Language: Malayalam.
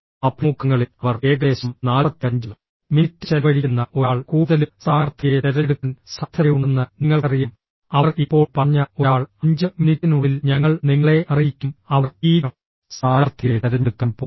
അഭിമുഖങ്ങളിൽ അവർ ഏകദേശം 45 മിനിറ്റ് ചെലവഴിക്കുന്ന ഒരാൾ കൂടുതലും സ്ഥാനാർത്ഥിയെ തിരഞ്ഞെടുക്കാൻ സാധ്യതയുണ്ടെന്ന് നിങ്ങൾക്കറിയാം അവർ ഇപ്പോൾ പറഞ്ഞ ഒരാൾ 5 മിനിറ്റിനുള്ളിൽ ഞങ്ങൾ നിങ്ങളെ അറിയിക്കും അവർ ഈ സ്ഥാനാർത്ഥിയെ തിരഞ്ഞെടുക്കാൻ പോകുന്നില്ല